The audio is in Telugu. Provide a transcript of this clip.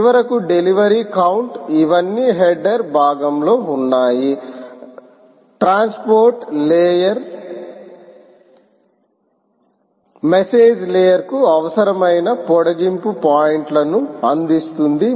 చివరకు డెలివరీ కౌంట్ ఇవన్నీ హెడర్ భాగంలో ఉన్నాయి రవాణా లేయర్ మెసేజ్ లేయర్ కు అవసరమైన పొడిగింపు పాయింట్లను అందిస్తుంది